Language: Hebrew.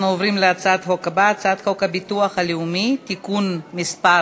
אנחנו עוברים להצעת החוק הבאה: הצעת חוק הביטוח הלאומי (תיקון מס'